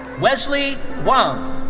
wesley wang.